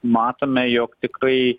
matome jog tikrai